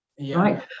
right